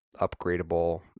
upgradable